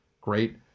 great